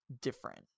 different